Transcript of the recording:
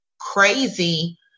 crazy